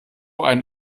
ein